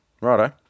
Righto